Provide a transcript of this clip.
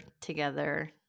together